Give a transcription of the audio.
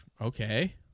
okay